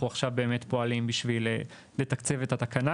עכשיו באמת פועלים בשביל לתקצב את התקנה,